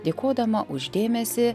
dėkodama už dėmesį